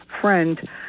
friend